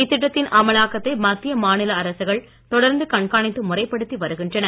இத்திட்டத்தின் அமலாக்கத்தை மத்திய மாநில அரசுகள் தொடர்ந்து கண்காணித்து முறைப்படுத்தி வருகின்றன